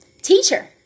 teacher